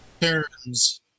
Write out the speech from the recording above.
turns